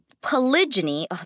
polygyny